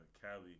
Cali